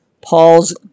Paul's